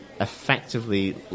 effectively